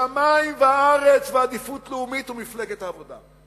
שמים וארץ ועדיפות לאומית ומפלגת העבודה.